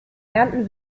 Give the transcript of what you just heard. ernten